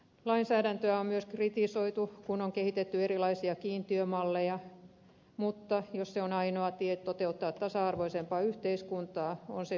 lainsäädäntöä on myös kritisoitu kun on kehitetty erilaisia kiintiömalleja mutta jos se on ainoa tie toteuttaa tasa arvoisempaa yhteiskuntaa on se hyväksyttävää